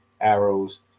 arrows